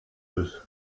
bis